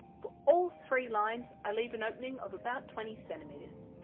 for all three lines, i leave an opening of about twenty centimeters.